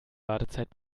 wartezeit